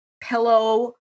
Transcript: pillow